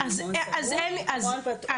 אם זה מעון סגור או מעון פתוח.